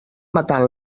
matant